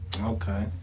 Okay